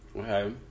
Okay